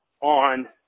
on